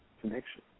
connection